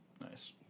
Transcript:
Nice